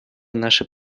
наше